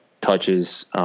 touches